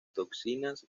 toxinas